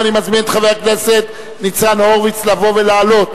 ואני מזמין את חבר הכנסת ניצן הורוביץ לבוא ולעלות